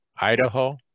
Idaho